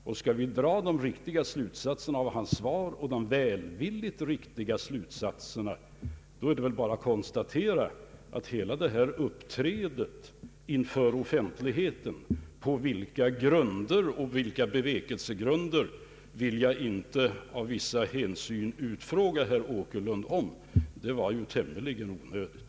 Om den välvilliga slutsats jag drog är riktig så är det väl bara att konstatera att hela det här upp trädandet inför offentligheten — bevekelsegrunderna vill jag av vissa hänsyn inte utfråga herr Åkerlund om — var tämligen onödigt.